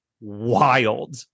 wild